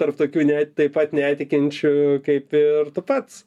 tarp tokių net taip pat netikinčių kaip ir tu pats